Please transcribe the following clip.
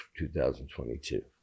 2022